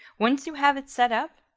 once you have it set up,